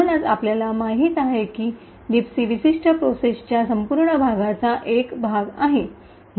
म्हणूनच आपल्याला माहित आहे की लिबसी विशिष्ट प्रोसेसच्या संपूर्ण भागाचा एक भाग आहे आणि म्हणून ते एक्सिक्यूट होऊ शकते